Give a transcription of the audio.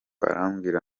arambwira